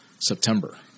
September